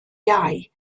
iau